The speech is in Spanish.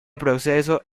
proceso